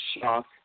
shock